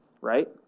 right